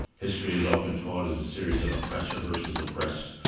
history is often taught as a series of oppressor versus oppressed,